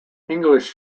english